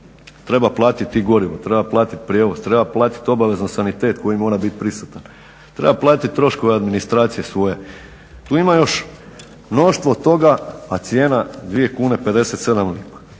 treba platiti gorivo, treba platiti prijevoz, treba platiti obavezno sanitet koji mora biti prisutan, treba platiti troškove administracije svoje. Tu ima još mnoštvo toga a cijena 2 kune 57 lipa.